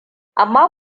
amma